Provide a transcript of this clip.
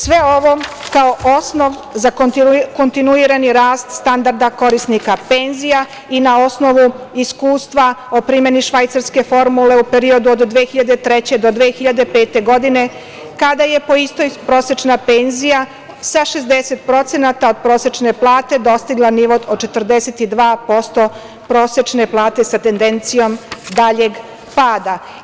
Sve ovo kao osnov za kontinuirani rast standarda korisnika penzija i na osnovu iskustva o primeni švajcarske formule u periodu od 2003. do 2005. godine kada je po istoj prosečna penzija sa 60% od prosečne plate dostigla nivo od 42% prosečne plate sa tendencijom daljeg pada.